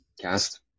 cast